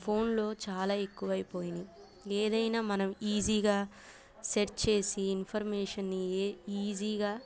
ఫోన్లో చాలా ఎక్కువైపోయిని ఏదైనా మనం ఈజీగా సెర్చ్ చేసి ఇన్ఫర్మేషన్ని ఈజీగా